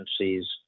agencies